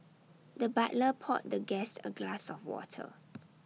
the butler poured the guest A glass of water